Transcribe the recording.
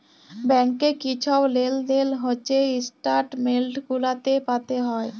ব্যাংকে কি ছব লেলদেল হছে ইস্ট্যাটমেল্ট গুলাতে পাতে হ্যয়